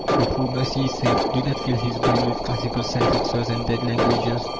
but for mercy's sake do not fill his brain with classical sentences and dead languages.